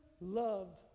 love